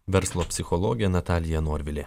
verslo psichologė natalija norvilė